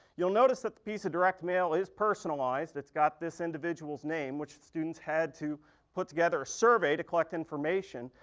you'll notice that piece of direct mail is personalized. it's got this individual's name, which the students had to put together a survey to collect information.